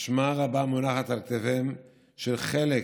אשמה רבה מונחת על כתפיה של חלק